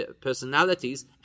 personalities